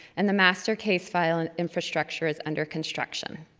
and the master case file and infrastructure is under construction.